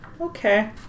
Okay